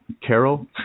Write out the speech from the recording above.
Carol